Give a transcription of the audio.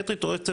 או לא.